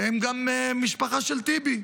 הם גם משפחה של טיבי.